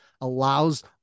allows